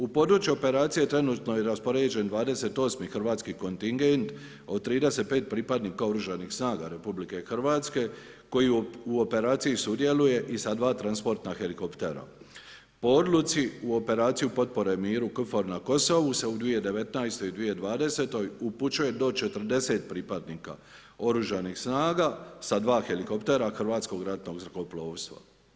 U području operacije trenutno je raspoređen 28 hrvatski kontingent od 35 pripadnika oružanih snaga RH koji u operaciji sudjeluje i sa 2 transportna helikoptera, po odluci u operaciju Potpore miru KFOR na Kosovu se u 2019. i 2020. upućuje do 40 pripadnika oružanih snaga sa 2 helikoptera Hrvatskog ratnog zrakoplovstva.